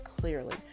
clearly